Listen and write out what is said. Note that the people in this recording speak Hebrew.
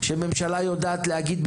שממשלה יודעת להגיד,